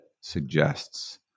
suggests